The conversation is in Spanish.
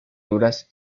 duras